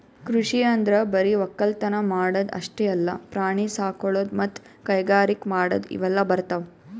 ಕೃಷಿ ಅಂದ್ರ ಬರಿ ವಕ್ಕಲತನ್ ಮಾಡದ್ ಅಷ್ಟೇ ಅಲ್ಲ ಪ್ರಾಣಿ ಸಾಕೊಳದು ಮತ್ತ್ ಕೈಗಾರಿಕ್ ಮಾಡದು ಇವೆಲ್ಲ ಬರ್ತವ್